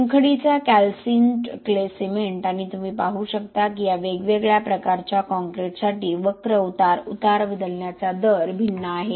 चुनखडीचा calcined clay cement आणि तुम्ही पाहू शकता की या वेगवेगळ्या प्रकारच्या काँक्रीटसाठी वक्र उतार उतार बदलण्याचा दर भिन्न आहे